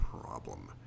problem